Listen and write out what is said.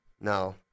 no